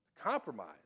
compromise